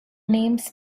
names